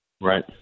Right